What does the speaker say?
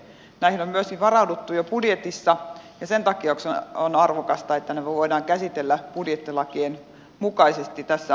näihin on myöskin varauduttu jo budjetissa ja sen takia on arvokasta että nämä voidaan käsitellä budjettilakien mukaisesti tässä aikataulussa